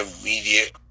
immediate